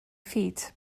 feet